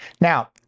Now